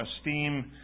esteem